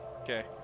Okay